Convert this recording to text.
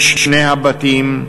משני הבתים,